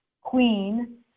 Queen